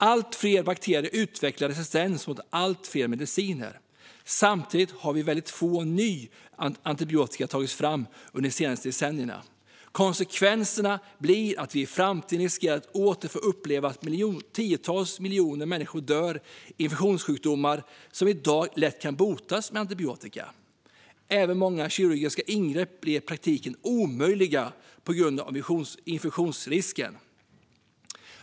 Allt fler bakterier utvecklar resistens mot allt fler mediciner. Samtidigt har väldigt lite ny antibiotika tagits fram under de senaste decennierna. Konsekvensen blir att vi i framtiden riskerar att åter få uppleva att tiotals miljoner människor dör i infektionssjukdomar som i dag lätt kan botas med antibiotika. Även många kirurgiska ingrepp blir i praktiken omöjliga på grund av infektionsrisken.